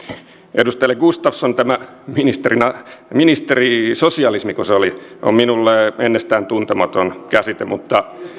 edustaja gustafsson tämä ministerisosialismi sitäkö se oli on minulle ennestään tuntematon käsite mutta